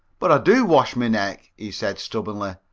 but i do wash my neck, he said, stubbornly,